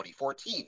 2014